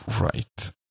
Right